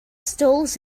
stalls